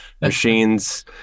machines